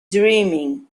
dreaming